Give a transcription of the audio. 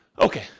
Okay